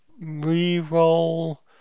re-roll